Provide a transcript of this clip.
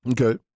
Okay